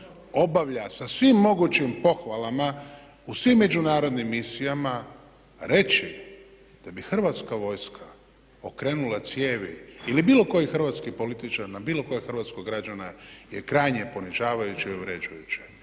obavlja sa svim mogućim pohvalama u svim međunarodnim misijama reći da bi Hrvatska vojska okrenula cijevi ili bilo koji hrvatski političar na bilo kojeg hrvatskog građanina je krajnje ponižavajuće i uvredljivo.